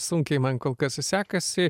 sunkiai man kol kas sekasi